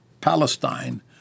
Palestine